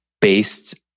based